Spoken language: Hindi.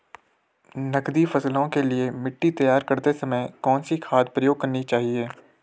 नकदी फसलों के लिए मिट्टी तैयार करते समय कौन सी खाद प्रयोग करनी चाहिए?